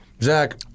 Zach